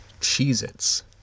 Cheez-Its